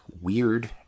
weird